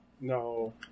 No